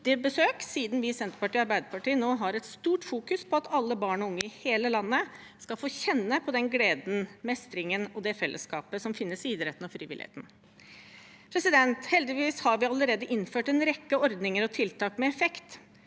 besøk, siden vi i Senterpartiet og Arbeiderpartiet nå har et stort fokus på at alle barn og unge i hele landet skal få kjenne på den gleden, mestringen og det fellesskapet som finnes i idretten og frivilligheten. Heldigvis har vi allerede innført en rekke ordninger og tiltak med effekt.